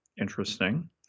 interesting